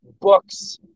books